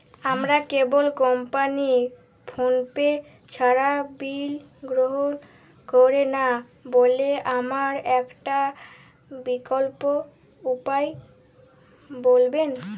আমার cable company PhonePe ছাড়া bill গ্রহণ করে না বলে আমার একটা বিকল্প উপায় বলবেন?